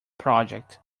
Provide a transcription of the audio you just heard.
project